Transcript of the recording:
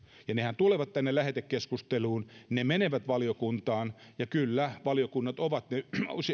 ja nehän tulevat tänne lähetekeskusteluun ne menevät valiokuntaan ja kyllä valiokunnat ovat ne